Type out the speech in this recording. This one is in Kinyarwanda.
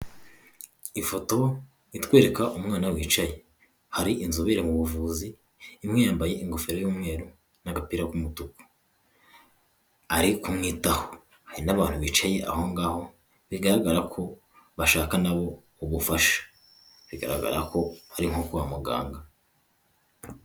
Ifoto itwereka umwana wicaye, hari inzobere mu buvuzi imwe yambaye ingofero y'umweru n'agapira k'umutuku ari kumwitaho. Hari n'abantu bicaye aho ngaho bigaragara ko bashaka nabo ubufasha bigaragara ko ari nko kwa muganga.